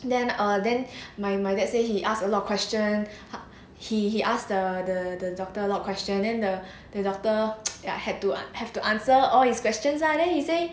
then err then my my dad say he asked a lot of questions he he asked the the doctor a lot of question then the the doctor had to have to answer all questions lah then he say